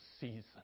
season